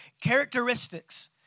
characteristics